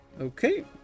Okay